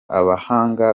abahanga